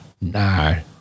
no